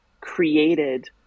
created